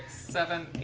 seven,